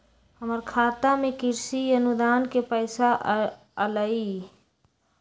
हमर खाता में कृषि अनुदान के पैसा अलई?